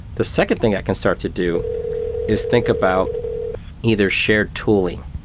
the second thing a can start to do is think about either shared tooling.